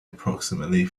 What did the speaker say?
approximately